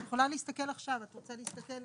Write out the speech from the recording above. את יכולה להסתכל עכשיו, את רוצה להסתכל?